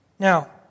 Now